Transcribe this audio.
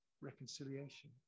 reconciliation